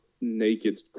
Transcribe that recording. naked